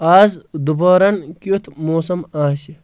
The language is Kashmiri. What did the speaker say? آز دُپہرَن کِیُتھ موسم آسہِ